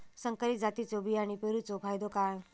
संकरित जातींच्यो बियाणी पेरूचो फायदो काय?